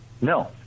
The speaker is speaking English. No